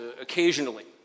occasionally